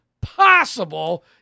possible